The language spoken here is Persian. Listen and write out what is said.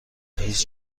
هیچ